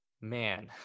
man